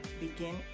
Begin